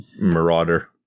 marauder